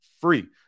free